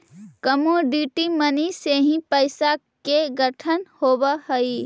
commodity money से ही पैसा के गठन होवऽ हई